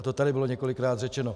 A to tady bylo několikrát řečeno.